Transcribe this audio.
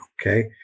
Okay